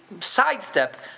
sidestep